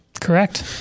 correct